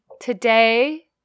today